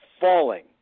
falling